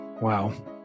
Wow